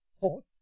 thought